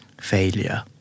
Failure